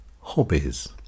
Hobbies